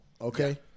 okay